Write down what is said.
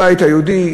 הבית היהודי,